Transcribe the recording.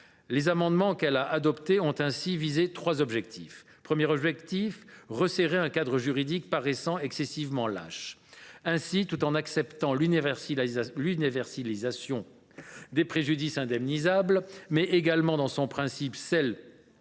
Les amendements qu’elle a adoptés ont ainsi visé trois objectifs. Premier objectif : resserrer un cadre juridique excessivement lâche. Ainsi, tout en acceptant l’universalisation des préjudices indemnisables, mais également, dans son principe, celle